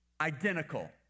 identical